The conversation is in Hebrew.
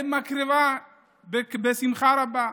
היא מקריבה בשמחה רבה.